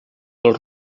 del